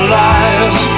lives